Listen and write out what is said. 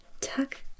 tuck